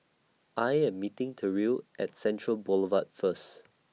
I Am meeting Terrill At Central Boulevard First